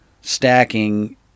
stacking